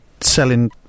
selling